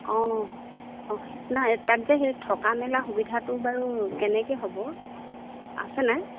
অঁ অঁ নাই তাত যে সেই থকা মেলা সুবিধাটো বাৰু কেনেকৈ হ'ব আছে নাই